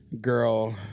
girl